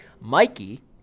Mikey